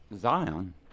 Zion